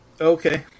Okay